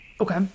Okay